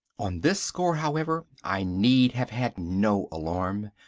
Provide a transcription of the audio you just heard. on this score, however, i need have had no alarm.